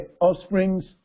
offsprings